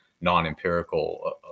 non-empirical